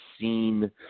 seen